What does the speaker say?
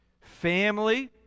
family